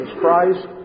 Christ